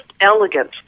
elegant